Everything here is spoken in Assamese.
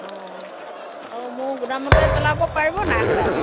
অঁ আৰু মোৰ গোদামতে পেলাব পাৰিব নাই সদায়